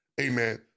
amen